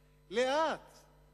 לאט, לאט.